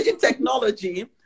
technology